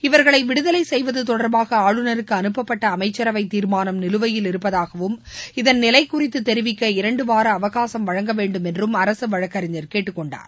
இவர்களை விடுதலை செய்வது தொடர்பாக ஆளுநருக்கு அறப்பப்பட்ட அமைச்சரவை தீர்மானம் நிலுவையில் இருப்பதாகவும் இதன் நிலை குறித்து தெரிவிக்க இரண்டு வாரம் அவகாசம் வழங்க வேண்டும் என்றும் அரசு வழக்கறிஞர் கேட்டுக்கொண்டார்